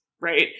Right